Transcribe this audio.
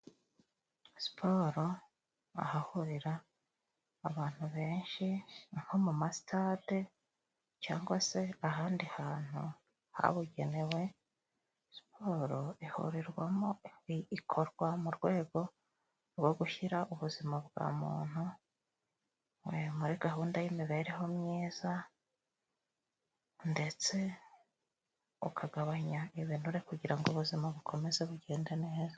Siporo ahahurira abantu benshi nko mu masitade cangwa se ahandi hantu habugenewe, siporo ihurerwamo ikorwa mu rwego rwo gushyira ubuzima bwa muntu muri gahunda y'imibereho myiza, ndetse ukagabanya ibinure, kugira ubuzima bukomeze bugende neza.